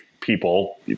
people